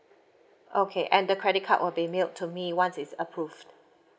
okay and the credit card will be mailed to me once it's approved